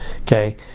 okay